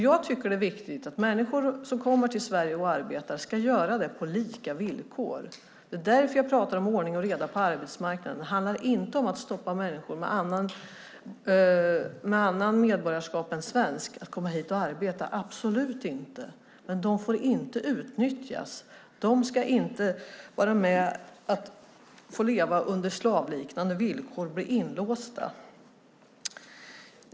Jag tycker att det är viktigt att människor som kommer till Sverige och arbetar ska göra det på lika villkor. Det är därför jag pratar om ordning och reda på arbetsmarknaden. Det handlar inte om att hindra människor med annat medborgarskap än svenskt att komma hit och arbeta - absolut inte. Men de får inte utnyttjas. De ska inte få leva under slavliknande villkor och bli inlåsta.